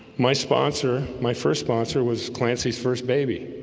my sponsor my first sponsor was clancy's first, baby